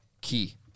key